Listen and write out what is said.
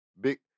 big